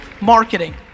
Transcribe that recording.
marketing